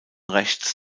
rechts